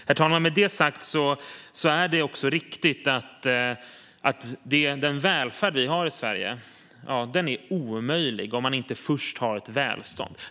Herr talman! Med detta sagt är det också riktigt att den välfärd vi har i Sverige är omöjlig om man inte först har ett välstånd.